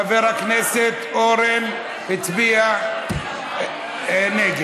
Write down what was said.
חבר הכנסת אורן הצביע נגד.